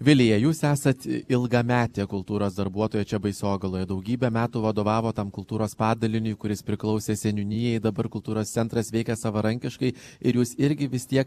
vilija jūs esat ilgametė kultūros darbuotoja čia baisogaloj daugybę metų vadovavot tam kultūros padaliniui kuris priklausė seniūnijai dabar kultūros centras veikia savarankiškai ir jūs irgi vis tiek